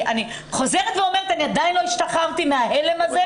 אני חוזרת ואומרת שעדיין לא השתחררתי מההלם הזה.